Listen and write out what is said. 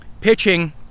pitching